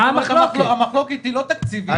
המחלוקת היא לא תקציבית,